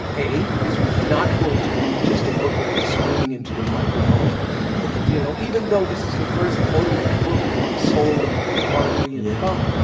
a, this was not going to be just a book that was screaming into the microphone yeah you know? even though this is the first photo book on soul and r and b and funk.